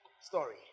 story